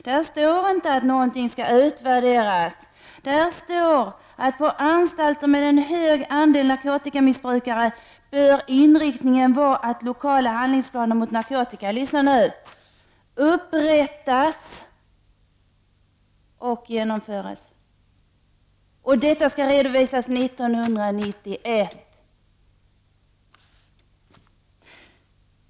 Där står inte att någonting skall utvärderas, där står: ”På anstalter med en hög andel narkotikamissbrukare bör inriktningen vara att lokala handlingsplaner mot narkotika” — lyssna nu — ”upprättas och genomförs.” Detta skall redovisas 1991.